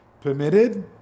permitted